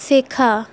শেখা